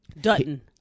Dutton